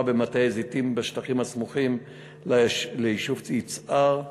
במטעי זיתים בשטחים הסמוכים ליישוב יצהר.